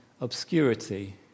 obscurity